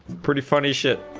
pretty funny ship